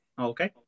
Okay